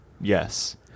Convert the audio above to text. yes